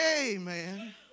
Amen